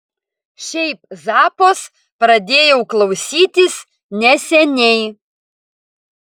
šiaip zappos pradėjau klausytis neseniai